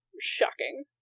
shocking